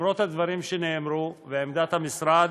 למרות הדברים שנאמרו ועמדת המשרד,